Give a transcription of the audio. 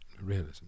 realism